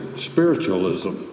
Spiritualism